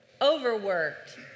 overworked